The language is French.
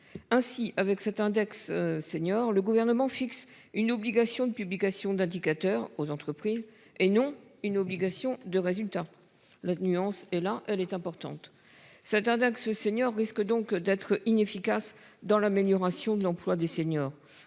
Ainsi, avec cet index seniors le gouvernement fixe une obligation de publication d'indicateurs aux entreprises et non une obligation de résultat. La nuance et là elle est importante cet index seniors risque donc d'être inefficace dans l'amélioration de l'emploi des seniors.